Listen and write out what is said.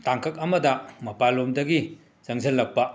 ꯇꯥꯡꯀꯛ ꯑꯃꯗ ꯃꯄꯥꯟꯂꯣꯝꯗꯒꯤ ꯆꯪꯖꯜꯂꯛꯄ